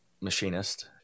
machinist